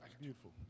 Beautiful